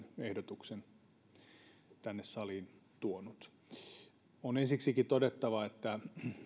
ehdotuksen tänne saliin tuonut on ensiksikin todettava että